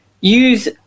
use